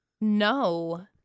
No